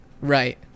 Right